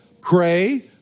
pray